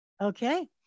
Okay